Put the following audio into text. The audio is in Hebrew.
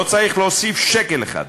לא צריך להוסיף שקל אחד.